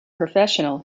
professional